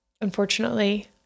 unfortunately